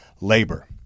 labor